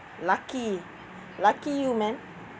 lucky lucky you man